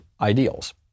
ideals